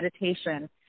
meditation